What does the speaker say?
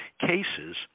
cases